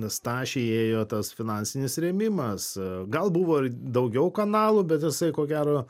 stašį ėjo tas finansinis rėmimas gal buvo ir daugiau kanalų bet jisai ko gero